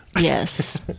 Yes